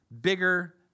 Bigger